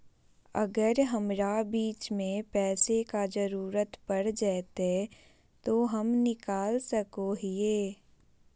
अगर हमरा बीच में पैसे का जरूरत पड़ जयते तो हम निकल सको हीये